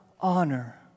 honor